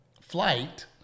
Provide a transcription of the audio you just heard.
flight